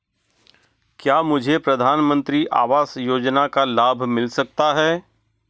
क्या मुझे प्रधानमंत्री आवास योजना का लाभ मिल सकता है?